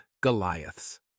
Goliaths